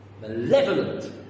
malevolent